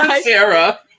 Sarah